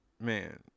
man